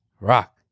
Rock